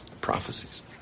prophecies